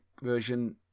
version